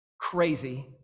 crazy